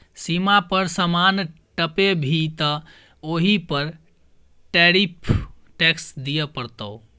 सीमा पर समान टपेभी तँ ओहि पर टैरिफ टैक्स दिअ पड़तौ